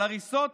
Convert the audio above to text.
על הריסות